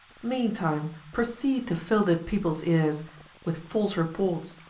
meantime proceed to fill the people's ears with false reports,